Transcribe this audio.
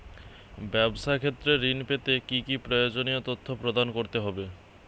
ব্যাবসা ক্ষেত্রে ঋণ পেতে কি কি প্রয়োজনীয় তথ্য প্রদান করতে হবে?